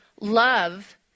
Love